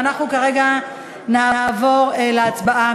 ואנחנו כרגע נעבור להצבעה.